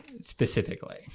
Specifically